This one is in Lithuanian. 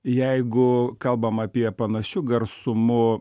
jeigu kalbam apie panašiu garsumu